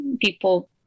people